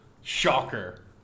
Shocker